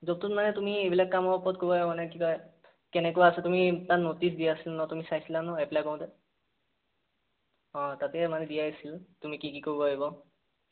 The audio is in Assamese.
জবটোত মানে তুমি এইবিলাক কামৰ ওপৰত কৰিব লাগিব মানে কি কয় কেনেকুৱা আছা তুমি তাত ন'টিচ দিয়া আছিল নহয় তুমি চাইছিলা ন এপ্লাই কৰোতে অঁ তাতে মানে দিয়াই আছিলে তুমি কি কি কৰিব লাগিব